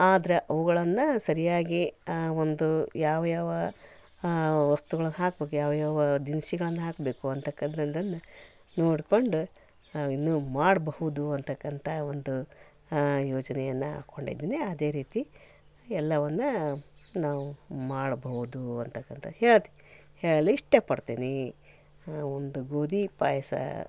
ಆದರೆ ಅವುಗಳನ್ನ ಸರಿಯಾಗಿ ಆ ಒಂದು ಯಾವ ಯಾವ ವಸ್ತುಗಳನ್ನು ಹಾಕಬೇಕು ಯಾವ ಯಾವ ದಿನ್ಸಿಗಳನ್ನು ಹಾಕಬೇಕು ಅಂತಕ್ಕಂಥದ್ದನ್ನ ನೋಡ್ಕೊಂಡು ಇನ್ನೂ ಮಾಡಬಹುದು ಅಂತಕ್ಕಂಥ ಒಂದು ಯೋಜನೆಯನ್ನು ಹಾಕೊಂಡಿದೀನಿ ಅದೇ ರೀತಿ ಎಲ್ಲವನ್ನು ನಾವು ಮಾಡಬಹುದು ಅಂತಕ್ಕಂಥ ಹೇಳ್ತೀನಿ ಹೇಳಲು ಇಷ್ಟಪಡ್ತೀನಿ ಒಂದು ಗೋಧಿ ಪಾಯಸ